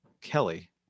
Kelly